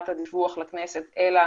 אלא